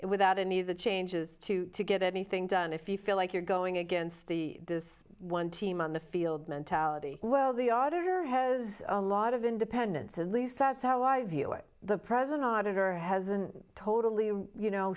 it without any of the changes to get anything done if you feel like you're going against the this one team on the field mentality well the auditor has a lot of independence and least that's how i view it the present auditor hasn't totally you know